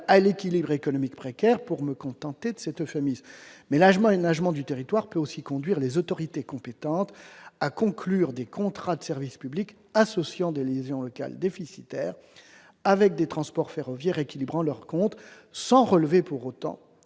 à l'équilibre économique précaire, mais l'aménagement du territoire peut aussi conduire les autorités compétentes à conclure des contrats de service public associant des liaisons locales déficitaires à des lignes de transport ferroviaire équilibrant leurs comptes sans relever pour autant